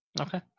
Okay